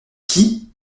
qui